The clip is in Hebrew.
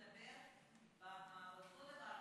אנחנו צריכים לדבר אותו דבר,